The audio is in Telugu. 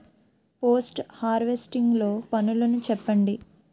పోస్ట్ హార్వెస్టింగ్ లో పనులను చెప్పండి?